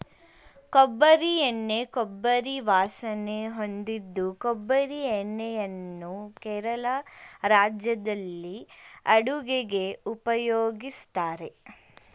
ಕೊಬ್ಬರಿ ಎಣ್ಣೆ ಕೊಬ್ಬರಿ ವಾಸನೆ ಹೊಂದಿದ್ದು ಕೊಬ್ಬರಿ ಎಣ್ಣೆಯನ್ನು ಕೇರಳ ರಾಜ್ಯದಲ್ಲಿ ಅಡುಗೆಗೆ ಉಪಯೋಗಿಸ್ತಾರೆ